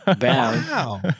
Wow